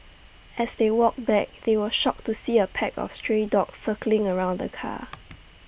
as they walked back they were shocked to see A pack of stray dogs circling around the car